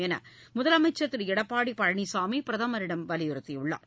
என முதலமைச்சர் திரு எடப்பாடி பழனிசாமி பிரதமரிடம் வலியுறுத்தியுள்ளார்